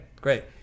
great